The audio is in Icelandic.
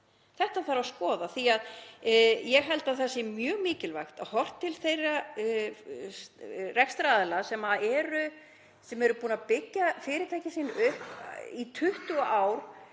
Þetta þarf að skoða því að ég held að það sé mjög mikilvægt að horft sé til þeirra rekstraraðila sem eru búnir að byggja upp fyrirtæki sín í 20 ár,